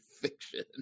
fiction